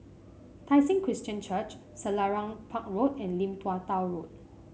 Tai Seng Christian Church Selarang Park Road and Lim Tua Tow Road